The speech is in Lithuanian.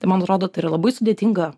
tai man atrodo tai yra labai sudėtinga